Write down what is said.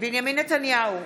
בנימין נתניהו,